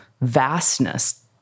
vastness